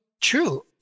true